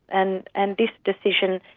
and and this decision,